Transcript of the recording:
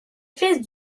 fils